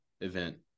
event